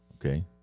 okay